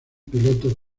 piloto